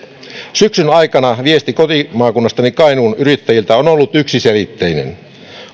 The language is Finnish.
syksyn aikana viesti kotimaakunnastani kainuun yrittäjiltä on ollut yksiselitteinen